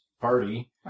party